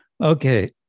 okay